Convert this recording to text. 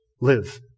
live